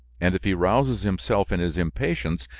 and, if he rouses himself in his impatience,